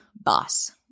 boss